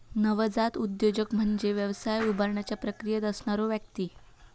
नवजात उद्योजक म्हणजे व्यवसाय उभारण्याच्या प्रक्रियेत असणारो व्यक्ती